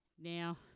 Now